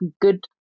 good